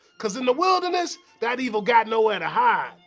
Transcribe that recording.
cuz in the wilderness, that evil got nowhere to hide.